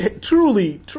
truly